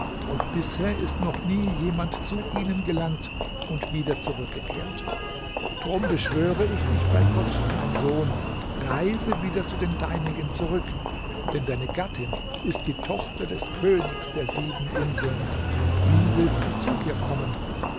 und bisher ist noch nie jemand zu ihnen gelangt und wieder zurückgekehrt drum beschwöre ich dich bei gott mein sohn reise wieder zu den deinigen zurück denn deine gattin ist die tochter des königs der sieben inseln wie willst du zu ihr kommen